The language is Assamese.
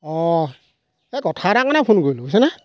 অঁ এই কথা এটা কাৰণে ফোন কৰিলোঁ বুজিছেনে